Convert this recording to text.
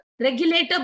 regulator